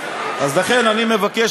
אני מבקש,